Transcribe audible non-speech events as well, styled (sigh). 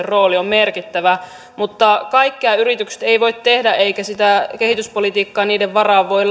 (unintelligible) rooli on merkittävä mutta kaikkea yritykset eivät voi tehdä eikä sitä kehityspolitiikkaa niiden varaan voi (unintelligible)